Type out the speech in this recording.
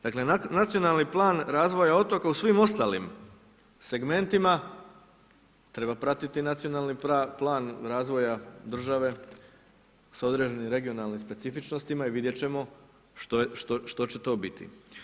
Dakle nacionalni plan razvoja otoka u svim ostalim segmentima treba pratiti nacionalni plan razvoja države s određenim regionalnim specifičnostima i vidjet ćemo što će to biti.